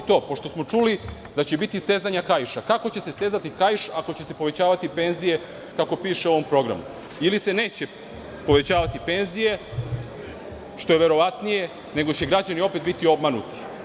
Pošto smo čuli da će biti stezanja kaiša, kako će se stezati kaiš ako će se povećavati penzije, kako piše u ovom programu ili se neće povećavati penzije, što je verovatnije i građani će opet biti obmanuti?